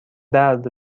درد